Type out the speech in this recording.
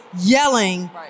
yelling